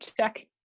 check